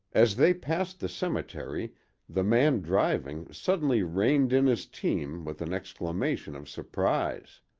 as they passed the cemetery the man driving suddenly reined in his team with an exclamation of surprise.